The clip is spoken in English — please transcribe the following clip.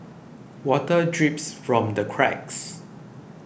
water drips from the cracks